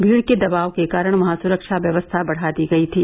भीड़ के दबाव के कारण वहां सुरक्षा व्यवस्था बढ़ा दी गयी थी